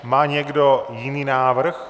Má někdo jiný návrh?